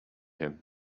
him